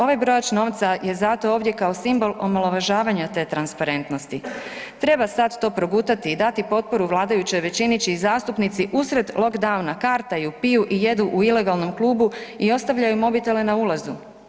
Ovaj brojač novca je zato ovdje kao simbol omalovažavanja te transparentnosti, treba sada to progutati i dati potporu vladajućoj većini čiji zastupnici usred lockdowna kartaju, piju i jedu u ilegalnom klubu i ostavljaju mobitele na ulazu.